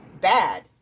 bad